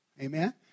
Amen